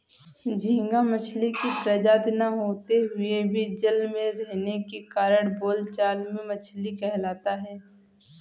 झींगा मछली की प्रजाति न होते हुए भी जल में रहने के कारण बोलचाल में मछली कहलाता है